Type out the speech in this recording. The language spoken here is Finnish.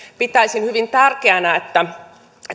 pitäisin hyvin tärkeänä että